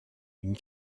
une